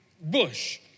bush